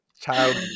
child